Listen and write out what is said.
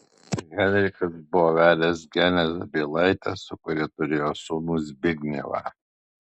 henrikas buvo vedęs genę zabielaitę su kuria turėjo sūnų zbignevą